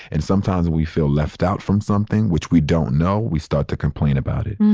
and sometimes we feel left out from something which we don't know. we start to complain about it.